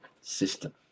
system